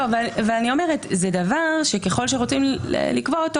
אני אומרת שזה דבר שככל שרוצים לקבוע,